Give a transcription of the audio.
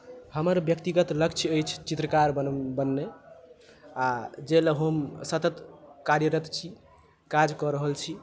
हमर व्यक्तिगत लक्ष्य अछि चित्रकार बन बननाइ आ जाहि लेल हम सतत कार्यरत छी काज कऽ रहल छी